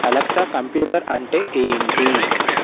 Alexa computer అంటే ఏంటి